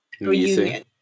reunion